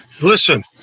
listen